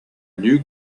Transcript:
new